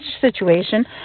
situation